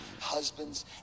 husbands